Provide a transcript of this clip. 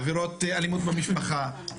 עבירות אלימות במשפחה,